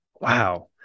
Wow